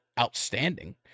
outstanding